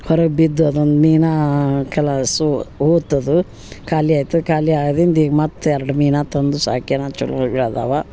ಹೊರಗೆ ಬಿದ್ದು ಅದೊಂದು ಮೀನು ಕೆಲಸೊ ಹೋತು ಅದು ಖಾಲಿ ಆಯಿತು ಖಾಲಿ ಆದಿಂದು ಈಗ ಮತ್ತೆ ಎರಡು ಮೀನು ತಂದು ಸಾಕ್ಯಾನ ಚಲೊ ಆಗೆ ಅದಾವ